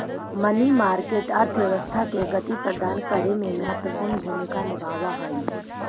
money market अर्थव्यवस्था के गति प्रदान करे में महत्वपूर्ण भूमिका निभावऽ हई